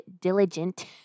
diligent